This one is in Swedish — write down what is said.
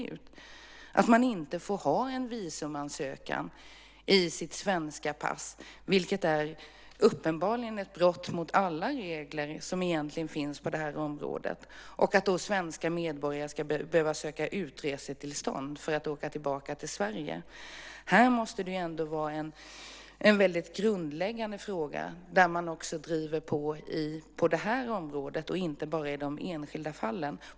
De villkoren innebär att man inte får ha en visumansökan i sitt svenska pass, vilket uppenbarligen är ett brott mot alla regler på det här området, och att svenska medborgare ska behöva söka utresetillstånd för att åka tillbaka till Sverige. Det måste vara en grundläggande fråga där man också driver på, inte bara i de enskilda fallen.